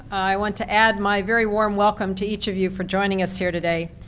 i want to add my very warm welcome to each of you for joining us here today.